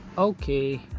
Okay